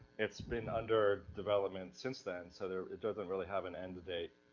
it's been under development since then, so there, it doesn't really have an end date.